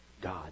God